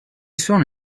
sono